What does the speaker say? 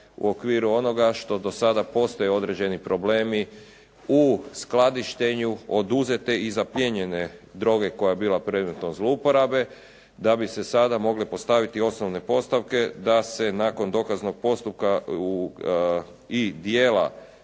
u okviru onoga što dosada postoje određeni problemi u skladištenju oduzete i zaplijenjene droge koja je bila predmetom zlouporabe da bi se sada mogle postaviti osnovne postavke da se nakon dokaznog postupka i djela